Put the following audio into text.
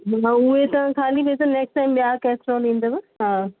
न उहे तव्हां ख़ाली भेजो नेक्स्ट टाइम ॿिया कैस्रोल ईंदव हा